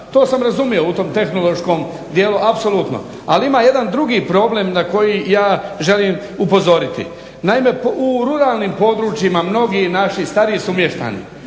To sam razumio u tom tehnološkom dijelu, apsolutno. Ali ima jedan drugi problem na koji ja želim upozoriti. Naime, u ruralnim područjima mnogi naši stariji sumještani